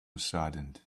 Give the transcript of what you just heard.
saddened